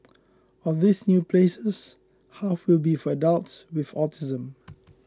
of these new places half will be for adults with autism